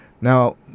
Now